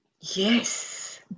Yes